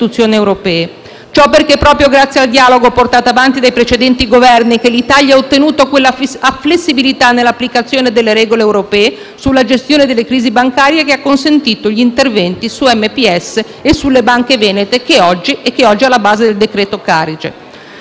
Ciò perché è proprio grazie al dialogo portato avanti dai precedenti Governi che l'Italia ha ottenuto quella flessibilità nell'applicazione delle regole europee sulla gestione delle crisi bancarie che ha consentito gli interventi su Monte dei Paschi di Siena e sulle banche venete e che oggi è alla base del decreto-legge